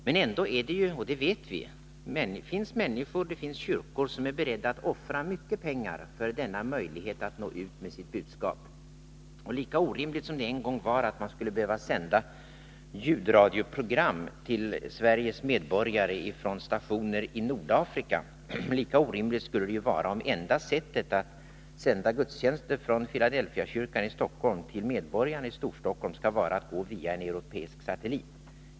Men ändå vet vi att det finns människor och kyrkor som är beredda att offra mycket pengar för denna möjlighet att nå ut med sitt budskap. Lika orimligt som det en gång var att man skulle behöva sända ljudradioprogram till Sveriges medborgare från stationer i Nordafrika skulle det vara om enda sättet att i TV sända gudstjänster från Filadelfiakyrkan i Stockholm till medborgarna i Storstockholm var att gå via en europeisk satellit.